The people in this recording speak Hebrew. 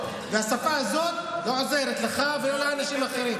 והשפה הזאת לא עוזרת לך ולא לאנשים אחרים.